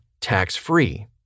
tax-free